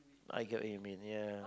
I get what you mean ya